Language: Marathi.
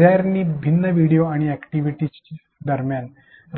डिझाइनर्सनी भिन्न व्हिडिओ आणि अॅक्टिव्हिटीस दरम्यान